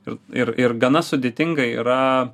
ir ir ir gana sudėtingai yra